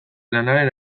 lanaren